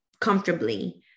comfortably